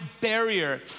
barrier